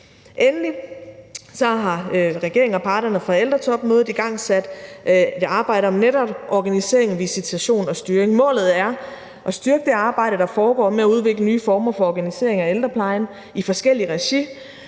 Endelig har regeringen og parterne fra ældretopmødet igangsat et arbejde om netop organisering, visitation og styring. Målet er at styrke det arbejde, der foregår med at udvikle nye former for organisering af ældreplejen i forskellige regi